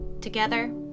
Together